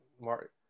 Mark